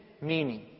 meaning